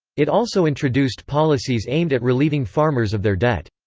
it also introduced policies aimed at relieving farmers of their debt.